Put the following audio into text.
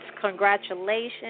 Congratulations